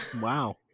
Wow